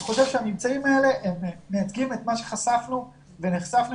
אני חושב שהממצאים האלה מייצגים את מה שחשפנו ונחשפנו